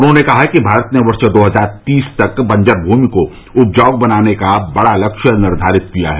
उन्होंने कहा कि भारत ने वर्ष दो हजार तीस तक बंजर भूमि को उपजाऊ बनाने का बड़ा लक्ष्य निर्धारित किया है